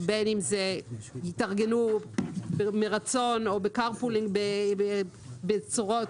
בין אם זה התארגנות מרצון או ב- carpool